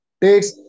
takes